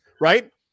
right